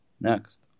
next